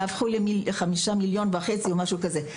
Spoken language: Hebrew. שהפכו ל-5.5 מיליון, או משהו כזה.